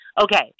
Okay